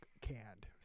canned